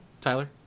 Tyler